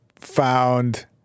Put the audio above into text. found